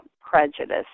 prejudice